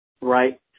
right